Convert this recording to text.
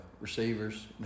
receivers